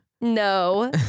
No